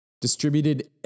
Distributed